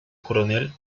coronel